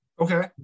Okay